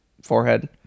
forehead